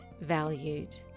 valued